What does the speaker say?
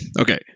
okay